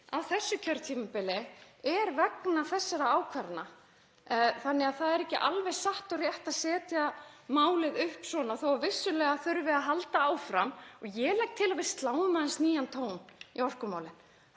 á þessu kjörtímabili er vegna þessara ákvarðana þannig að það er ekki alveg satt og rétt að setja málið upp svona þótt vissulega þurfi að halda áfram. Ég legg til að við sláum aðeins nýjan tón í orkumálin,